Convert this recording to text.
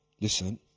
listen